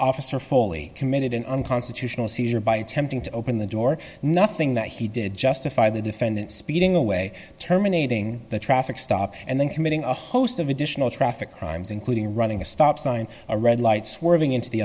officer foley committed an unconstitutional seizure by attempting to open the door nothing that he did justify the defendant speeding away terminating the traffic stop and then committing a host of additional traffic crimes including running a stop sign or red light swerving into the